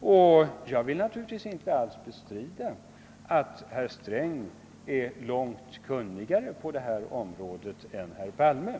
och jag vill inte alls bestrida, att herr Sträng är långt kunnigare på skatteområdet än herr Palme.